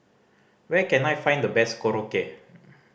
where can I find the best Korokke